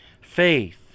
faith